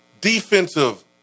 defensive